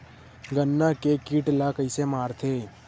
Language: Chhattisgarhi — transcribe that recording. गन्ना के कीट ला कइसे मारथे?